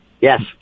yes